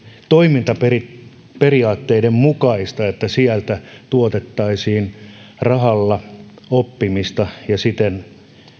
toimintaperiaatteiden mukaista että sieltä tuotettaisiin rahalla oppimista ja siten